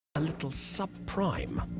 a little sub-prime.